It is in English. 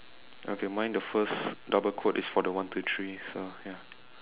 okay mine the first double quote is for the one two threes so ya